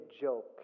joke